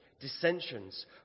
dissensions